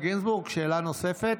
גינזבורג, שאלה נוספת?